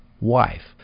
wife